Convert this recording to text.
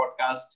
Podcast